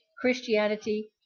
Christianity